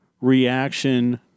reaction